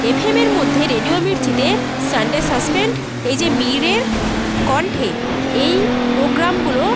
এফএমের মধ্যে রেডিও মির্চিতে Sunday Suspense এই যে মীরের কন্ঠে এই পোগ্রামগুলো